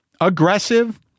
aggressive